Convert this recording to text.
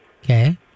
Okay